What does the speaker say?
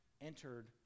entered